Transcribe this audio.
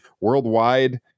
worldwide